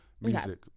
Music